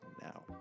now